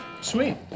Sweet